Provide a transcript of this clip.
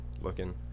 looking